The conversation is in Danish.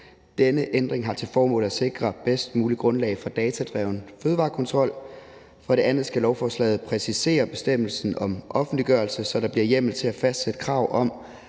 Denne ændring har til formål at sikre bedst muligt grundlag for datadreven fødevarekontrol. For det andet skal lovforslaget præcisere bestemmelsen om offentliggørelse, så der bliver hjemmel til at fastsætte krav om,